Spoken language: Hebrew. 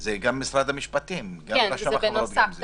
זה בנוסף.